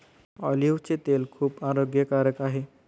ऑलिव्हचे तेल खूप आरोग्यकारक आहे